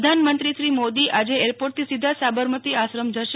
પ્રધાનમંત્રી શ્રી મોદી આવતીકાલે એરપોર્ટથી સીધા જ સાબરમતી આશ્રમ જશે